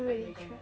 back bacon man